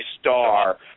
star